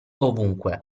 ovunque